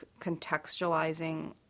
contextualizing